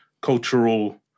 cultural